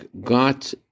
got